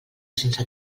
sense